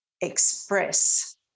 express